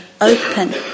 open